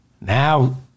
Now